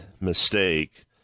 mistake